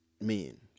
men